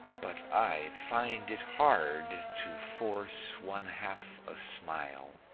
but i find it hard to force one-half a smile.